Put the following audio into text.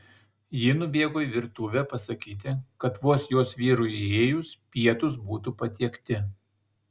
ji nubėgo į virtuvę pasakyti kad vos jos vyrui įėjus pietūs būtų patiekti